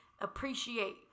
appreciate